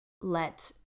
let